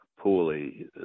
poorly